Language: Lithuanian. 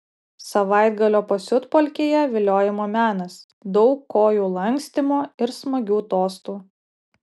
savaitgalio pasiutpolkėje viliojimo menas daug kojų lankstymo ir smagių tostų